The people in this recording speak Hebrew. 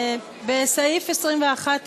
בסעיף 21,